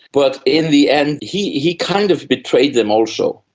but in the end he he kind of betrayed them also.